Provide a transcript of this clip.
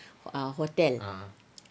ah hotel